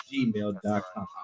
gmail.com